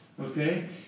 Okay